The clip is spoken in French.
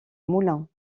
moulins